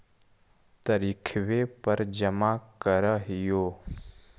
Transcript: तरिखवे पर जमा करहिओ?